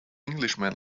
englishman